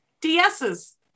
DS's